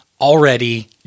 already